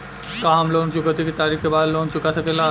का हम लोन चुकौती के तारीख के बाद लोन चूका सकेला?